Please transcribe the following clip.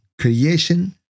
creation